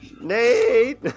Nate